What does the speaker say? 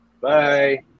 Bye